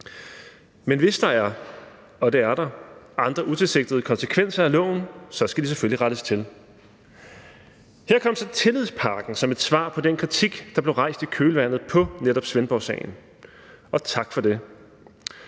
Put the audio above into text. det er der – andre utilsigtede konsekvenser af loven, skal det selvfølgelig rettes til. Her kom så tillidspakken som et svar på den kritik, der blev rejst i kølvandet på netop Svendborgsagen, og tak for det.